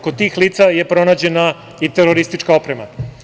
Kod tih lica je pronađena i teroristička oprema.